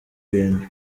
ibintu